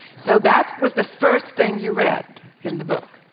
so that was the first thing you read in the book.